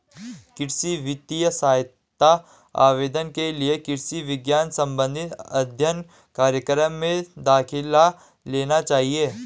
कृषि वित्तीय सहायता आवेदन के लिए कृषि विज्ञान संबंधित अध्ययन कार्यक्रम में दाखिला लेना चाहिए